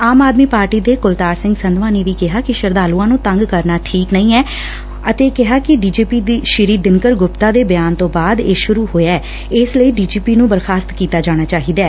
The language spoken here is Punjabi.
ਆਮ ਆਦਮੀ ਪਾਰਟੀ ਦੇ ਕੁਲਤਾਰ ਸਿੰਘ ਸੰਧਵਾ ਨੇ ਵੀ ਕਿਹਾ ਕਿ ਸ਼ਰਧਾਲੁਆਂ ਨੂੰ ਤੰਗ ਕਰਨਾ ਠੀਕ ਨਹੀਂ ਐ ਅਤੇ ਕਿਹਾ ਕਿ D G P Shri Dinkar Gupta ਦੇ ਬਿਆਨ ਤੋਂ ਬਾਅਦ ਇਹ ਸੁਰੁ ਹੋਇਆ ਐ ਇਸ ਲਈ ਡੀ ਜੀ ਪੀ ਨੂੰ ਬਰਖਾਸਤ ਕੀਤਾ ਜਾਣਾ ਚਾਹੀਦੈ